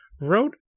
wrote